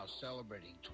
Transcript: celebrating